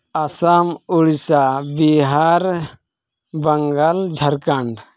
Assam Odisha Bihar Bengal Jharkhand